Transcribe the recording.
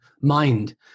mind